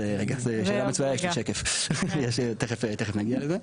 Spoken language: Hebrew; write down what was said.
שאלה מצוינת, יש לי שקף, תכף נגיע לזה.